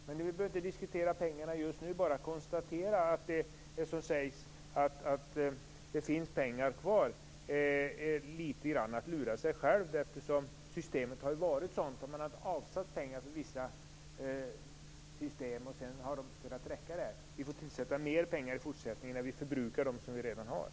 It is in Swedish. Men vi behöver inte diskutera pengarna just nu, utan bara konstatera att det är litet grand att lura sig själv att säga att det finns pengar kvar. Systemet har ju varit sådant att man har avsatt pengar för vissa system och att det skulle räcka. Vi får avsätta mer pengar i fortsättningen när vi har förbrukat dem som vi hade.